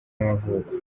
y’amavuko